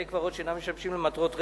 18) (בתי-קברות שאינם משמשים למטרות רווח),